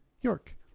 York